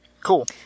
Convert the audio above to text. Cool